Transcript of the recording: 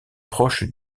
proche